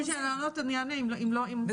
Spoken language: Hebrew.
אני אענה, אם לא, אם את רוצה לדבר אז זה בסדר.